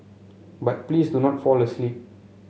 but please do not fall asleep